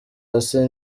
hasi